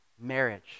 marriage